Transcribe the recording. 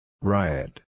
Riot